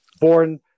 Born